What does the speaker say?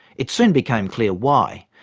it soon became clear why.